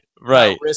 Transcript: right